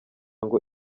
ngo